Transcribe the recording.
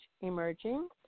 Emerging